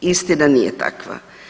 Istina nije takva.